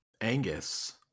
Angus